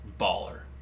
Baller